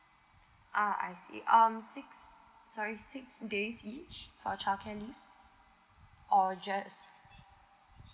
uh I see um six sorry six days each for child care leave or just